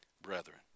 brethren